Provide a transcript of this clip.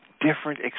different